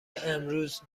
امروز